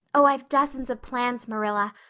oh, i've dozens of plans, marilla.